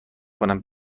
کنم